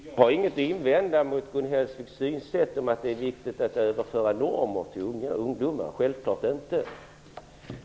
Fru talman! Jag har självfallet inte något att invända mot Gun Hellsviks synsätt om att det är viktigt att överföra normer till ungdomar.